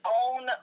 own